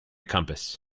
compass